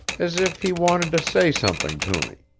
as if he wanted to say something to me.